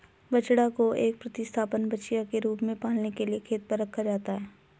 बछड़ा को एक प्रतिस्थापन बछिया के रूप में पालने के लिए खेत पर रखा जाता है